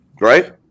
Right